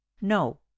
No